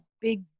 big